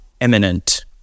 eminent